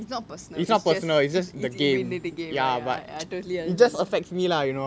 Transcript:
it's not personal it's just the win in the game ya ya I totally understand